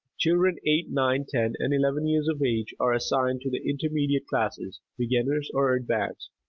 children eight, nine, ten and eleven years of age are assigned to the intermediate classes, beginners or advanced,